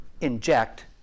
inject